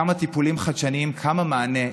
כמה טיפולים חדשניים, כמה מענה.